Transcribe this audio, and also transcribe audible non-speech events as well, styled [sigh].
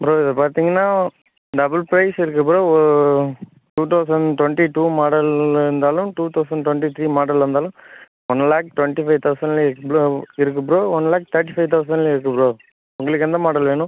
bro இதை பார்த்தீங்கனா double price இருக்குது bro oh two thousand twenty two மாடலில் இருந்தாலும் டூ தெளசண்ட் டுவெண்ட்டி த்ரீ மாடலில் இருந்தாலும் one lakh twenty five தெளசண்ட்லே [unintelligible] bro இருக்குது bro one lakh thirty five தெளசண்ட்லேயும் இருக்குது ப்ரோ உங்களுக்கு எந்த மாடல் வேணும்